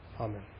Amen